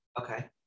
Okay